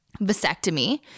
Vasectomy